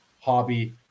hobby